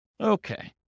Okay